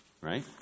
right